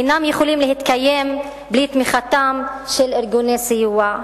אינם יכולים להתקיים בלי תמיכתם של ארגוני סיוע.